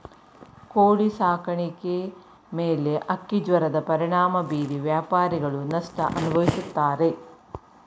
ಕೋಳಿ ಸಾಕಾಣಿಕೆ ಮೇಲೆ ಹಕ್ಕಿಜ್ವರದ ಪರಿಣಾಮ ಬೀರಿ ವ್ಯಾಪಾರಿಗಳು ನಷ್ಟ ಅನುಭವಿಸುತ್ತಾರೆ